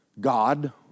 God